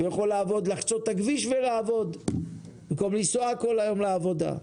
והוא יכול לחצות את הכביש ולעבוד במקום לנסוע כל היום לעבודה.